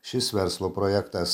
šis verslo projektas